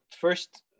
first